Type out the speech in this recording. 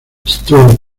stuart